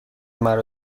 مرا